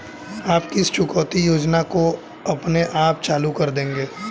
आप किस चुकौती योजना को अपने आप चालू कर देंगे?